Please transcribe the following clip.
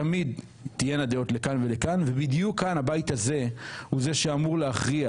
תמיד תהיינה דעות לכאן ולכאן ובדיוק כאן הבית הזה הוא זה שאמור להכריע